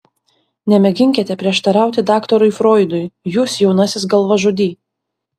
nemėginkite prieštarauti daktarui froidui jūs jaunasis galvažudy